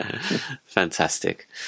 fantastic